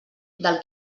del